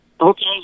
Okay